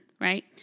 right